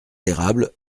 érables